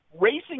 Racing